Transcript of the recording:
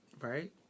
right